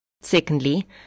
secondly